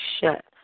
shut